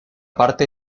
parte